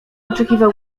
oczekiwał